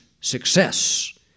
success